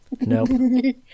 Nope